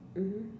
mmhmm